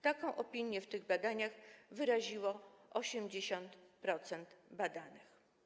Taką opinię w tych badaniach wyraziło 80% badanych.